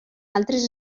altres